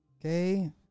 Okay